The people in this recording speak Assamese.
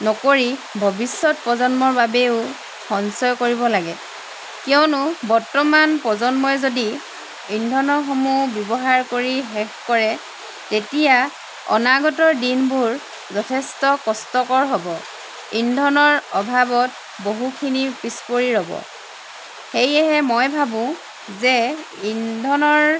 নকৰি ভৱিষ্যত প্ৰজন্মৰ বাবে সঞ্চয় কৰিব লাগে কিয়নো বৰ্তমান প্ৰজন্মই যদি ইন্ধন সমূহ ব্যৱহাৰ কৰি শেষ কৰে তেতিয়া অনাগত দিনবোৰ যথেষ্ট কষ্টকৰ হ'ব ইন্ধনৰ অভাৱত বহুখিনি পিচ পৰি ৰ'ব সেয়েহে মই ভাবোঁ যে ইন্ধনৰ